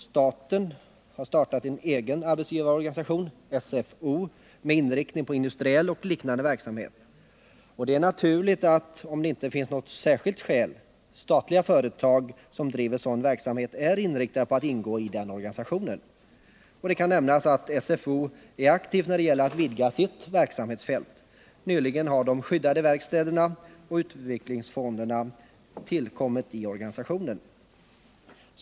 Staten har startat en egen arbetsgivarorganisation, SFO, med inriktning på industriell och liknande verksamhet. Om det inte finns något särskilt skäl, är det naturligt att statliga företag som bedriver sådan verksamhet är inriktade på att ingå i den organisationen. Det kan nämnas att SFO är aktivt när det gäller att vidga sitt verksamhetsfält. Nyligen har de skyddade verkstäderna och utvecklingsfonderna tillkommit i organisationen.